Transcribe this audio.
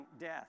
death